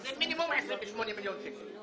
שזה מינימום 28 מיליון שקלים.